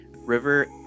River